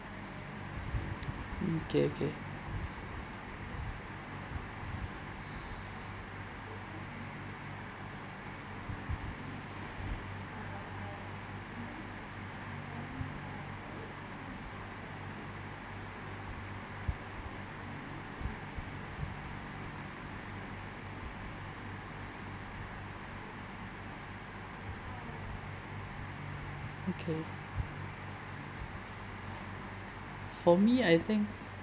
okay okay okay for me I think